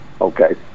Okay